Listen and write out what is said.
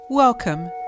Welcome